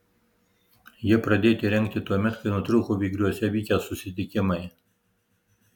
jie pradėti rengti tuomet kai nutrūko vygriuose vykę susitikimai